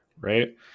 right